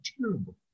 terrible